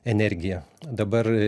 energija dabar